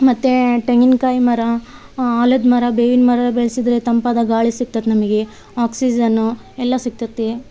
ಮತ್ತು ತೆಂಗಿನ್ಕಾಯಿ ಮರ ಆಲದ ಮರ ಬೇವಿನ ಮರ ಬೆಳೆಸಿದರೆ ತಂಪಾದ ಗಾಳಿ ಸಿಗ್ತದೆ ನಮಗೆ ಆಕ್ಸಿಜನ್ ಎಲ್ಲ ಸಿಕ್ತಯಿದೆ